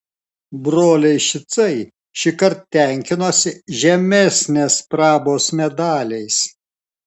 broliai šicai šįkart tenkinosi žemesnės prabos medaliais